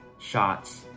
shots